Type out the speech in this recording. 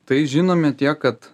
tai žinome tiek kad